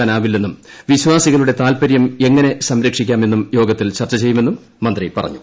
നൽകാനാവില്ലെന്നും വിശ്വാസ്പിക്കളുട്ട താൽപരൃം എങ്ങനെ സംരക്ഷിക്കാമെന്നും യോഗത്തിൽ ചർച്ച ചെയ്യുമെന്നും മന്ത്രി പറഞ്ഞു